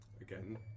Again